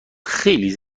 خیلی